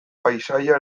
paisaia